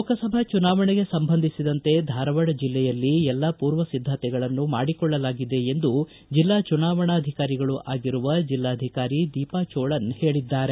ಲೋಕಸಭಾ ಚುನಾವಣೆಗೆ ಸಂಬಂಧಿಸಿದಂತೆ ಧಾರವಾಡ ಜಿಲ್ಲೆಯಲ್ಲಿ ಎಲ್ಲ ಪೂರ್ವ ಸಿದ್ದತೆಗಳನ್ನು ಮಾಡಿಕೊಳ್ಳಲಾಗಿದೆ ಎಂದು ಬೆಲ್ಲಾ ಚುನಾವಣಾಧಿಕಾರಿಗಳೂ ಆಗಿರುವ ಜೆಲ್ಲಾಧಿಕಾರಿ ದೀಪಾ ಚೋಳನ್ ಹೇಳದ್ದಾರೆ